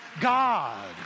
God